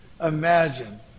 imagine